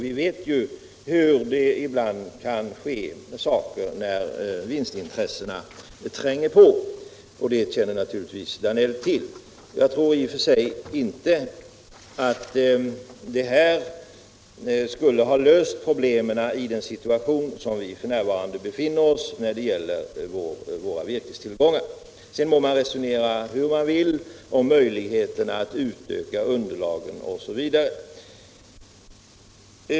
Vi vet ju vad som ibland kan ske när vinstintressena tränger på. Det känner naturligtvis herr Danell till. Jag tror i och för sig inte att det här skulle ha löst problemen i den situation som vi befinner oss i när det gäller våra virkestillgångar. Sedan må man resonera hur man vill om möjligheterna att utöka underlagen OSV.